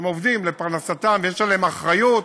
הם עובדים לפרנסתם ויש עליהם אחריות,